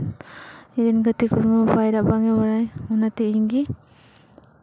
ᱤᱧ ᱨᱮᱱ ᱜᱟᱛᱮ ᱠᱩᱲᱤ ᱢᱟ ᱯᱟᱭᱨᱟ ᱵᱟᱝᱼᱮ ᱵᱟᱲᱟᱭ ᱚᱱᱟᱛᱮ ᱤᱧ ᱜᱮ